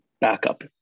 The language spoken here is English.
backup